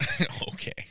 Okay